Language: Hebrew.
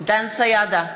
דן סידה,